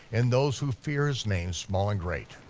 and those who fear his name small and great.